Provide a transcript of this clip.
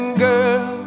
girl